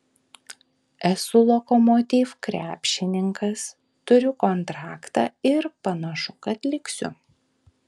esu lokomotiv krepšininkas turiu kontraktą ir panašu kad liksiu